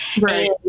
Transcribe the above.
Right